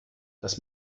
das